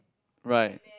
right